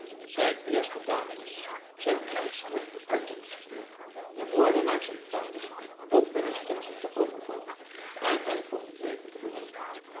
zijn eerste daad was zijn krijgsknechten uit te rusten de moordenaars zijns vaders op hunne stinsen te overvallen en hen van t leven te berooven